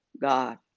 God